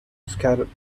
scattered